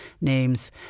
names